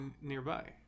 nearby